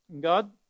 God